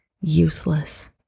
useless